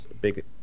big